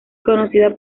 conocida